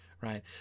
right